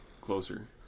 closer